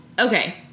Okay